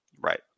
Right